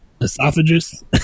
esophagus